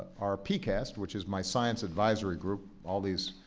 our pcast, which is my science advisory group, all these